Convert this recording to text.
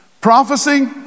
prophecy